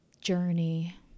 journey